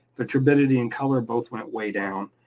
the turbidity and colour both went way down.